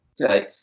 Okay